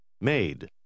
Made